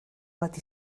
bat